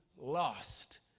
lost